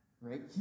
right